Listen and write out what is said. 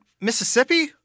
Mississippi